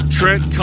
Trent